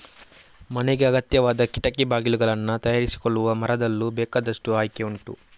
ಮನೆಗೆ ಅಗತ್ಯವಾದ ಕಿಟಕಿ ಬಾಗಿಲುಗಳನ್ನ ತಯಾರಿಸಿಕೊಳ್ಳುವ ಮರದಲ್ಲೂ ಬೇಕಾದಷ್ಟು ಆಯ್ಕೆ ಉಂಟು